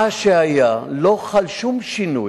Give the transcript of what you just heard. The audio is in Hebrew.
במה שהיה, לא חל שום שינוי